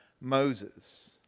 Moses